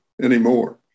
anymore